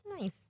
nice